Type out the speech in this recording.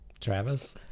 Travis